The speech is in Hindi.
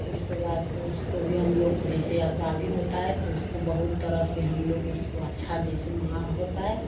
उसके बाद उसको भी हम जैसे अब गाभिन होता है तो उसको बहुत तरह से हम लोग उसको अच्छा जैसे माँ होता है